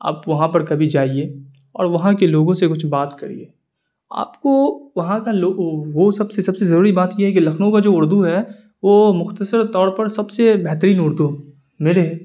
آپ وہاں پر کبھی جائیے اور وہاں کے لوگوں سے سے کچھ بات کریے آپ کو وہاں کا وہ سب سے سب سے ضروری بات یہ ہے کہ لکھنؤ کا جو اردو ہے وہ مختصر طور پر سب سے بہترین اردو میرے